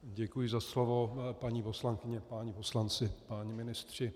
Děkuji za slovo, paní poslankyně a páni poslanci, páni ministři.